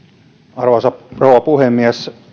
arvoisa rouva puhemies